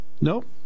Nope